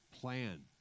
plan